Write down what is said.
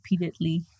repeatedly